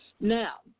Now